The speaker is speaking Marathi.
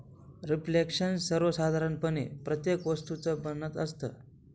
रिफ्लेक्शन सर्वसाधारणपणे प्रत्येक वस्तूचं बनत असतं